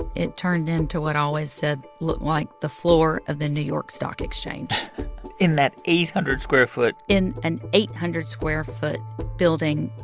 it turned into what i always said looked like the floor of the new york stock exchange in that eight hundred square foot. in an eight hundred square foot building.